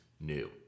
new